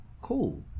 Cool